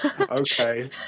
Okay